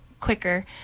quicker